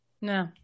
no